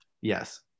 yes